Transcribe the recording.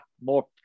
more